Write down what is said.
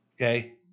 okay